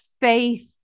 faith